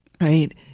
right